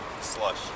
Slush